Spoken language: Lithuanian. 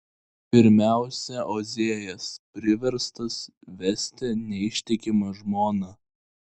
pirmiausia ozėjas priverstas vesti neištikimą žmoną